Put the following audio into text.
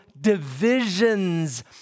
divisions